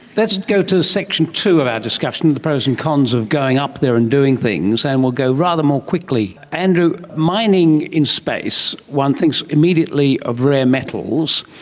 let's go to section two of our discussion, the pros and cons of going up there and doing things, and we will go rather more quickly. andrew, mining in space, one thinks immediately of rare metals.